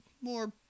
more